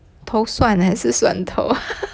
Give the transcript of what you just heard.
头蒜还是蒜头